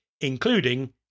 including